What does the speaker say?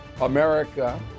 America